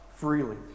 freely